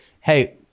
hey